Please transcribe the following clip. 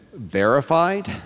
Verified